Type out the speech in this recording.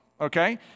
okay